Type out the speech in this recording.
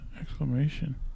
exclamation